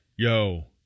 Yo